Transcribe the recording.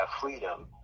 freedom